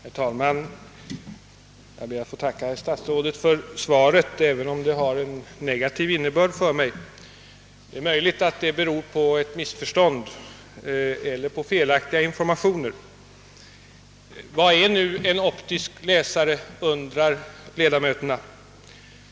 Herr talman! Jag ber att få tacka herr statsrådet för svaret, även om det har en negativ innebörd för mig. Det är möjligt att det beror på ett missförstånd eller på felaktiga informationer. Vad är nu en optisk läsare? undrar ledamöterna.